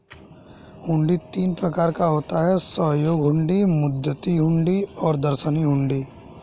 हुंडी तीन प्रकार का होता है सहयोग हुंडी, मुद्दती हुंडी और दर्शनी हुंडी